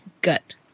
gut